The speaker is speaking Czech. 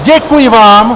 Děkuji vám!